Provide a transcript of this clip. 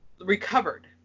recovered